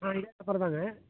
ஆ இதே நம்பர் தாங்க